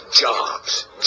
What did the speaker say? jobs